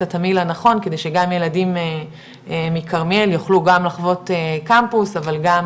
התמהיל הנכון כדי שגם ילדים מכרמיאל יוכלו גם לחוות קמפוס אבל גם